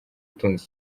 utunze